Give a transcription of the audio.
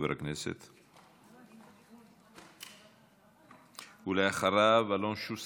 חבר הכנסת שלמה קרעי, בבקשה, ואחריו, אלון שוסטר.